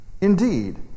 Indeed